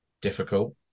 difficult